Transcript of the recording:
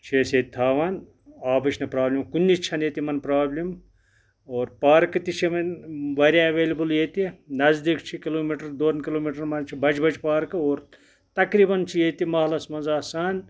چھِ أسۍ ییٚتہِ تھاوان آبٕچ نہٕ پرٛابلِم کُنِچ چھَنہٕ ییٚتہِ تِمَن پرٛابلِم اور پارکہٕ تہِ چھِ وۄنۍ واریاہ اٮ۪ویلبٕل ییٚتہِ نزدیٖک چھِ کِلوٗمیٖٹَر دۄن کِلوٗمیٖٹرَن منٛز چھِ بَجہِ بَجہِ پارکہٕ اور تقریٖبن چھِ ییٚتہِ محلَس منٛز آسان